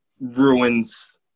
ruins